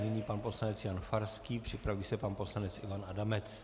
A nyní pan poslanec Jan Farský, připraví se pan poslanec Ivan Adamec.